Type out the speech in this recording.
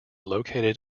located